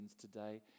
today